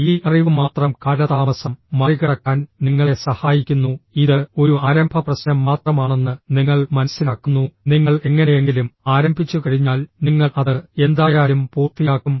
ഈ അറിവ് മാത്രം കാലതാമസം മറികടക്കാൻ നിങ്ങളെ സഹായിക്കുന്നു ഇത് ഒരു ആരംഭ പ്രശ്നം മാത്രമാണെന്ന് നിങ്ങൾ മനസ്സിലാക്കുന്നു നിങ്ങൾ എങ്ങനെയെങ്കിലും ആരംഭിച്ചുകഴിഞ്ഞാൽ നിങ്ങൾ അത് എന്തായാലും പൂർത്തിയാക്കും